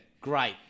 Great